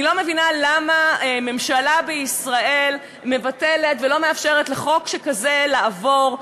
אני לא מבינה למה ממשלה בישראל מבטלת ולא מאפשרת לחוק שכזה לעבור,